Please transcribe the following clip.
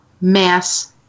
mass